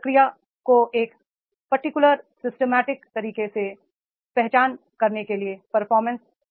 प्रक्रिया को एक पर्टिकुलर सिस्टमैटिक तरीके से पहचान करने के लिए परफॉर्मेंस अप्रेजल की आवश्यकता होती है इसलिए कर्मचारी जानता है कि उसे कैसे इवोल्यूशन किया जाएगा